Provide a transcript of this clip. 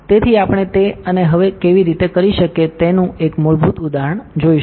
તેથી આપણે તે અને હવે કેવી રીતે કરી શકીએ તેનું એક મૂળભૂત ઉદાહરણ જોશું